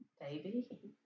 baby